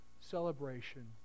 celebration